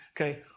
Okay